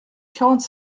quarante